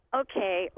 okay